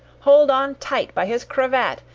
hold on tight by his cravat,